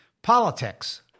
Politics